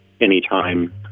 anytime